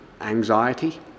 anxiety